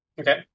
Okay